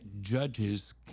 judges